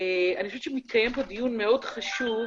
אני חושבת שמתקיים פה דיון מאוד חשוב,